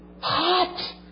Hot